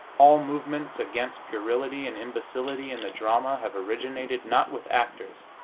all movements against puerility and imbecility in the drama have originated, not with actors,